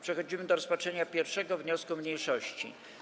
Przechodzimy do rozpatrzenia 1. wniosku mniejszości.